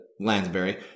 Lansbury